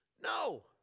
no